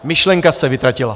Myšlenka se vytratila.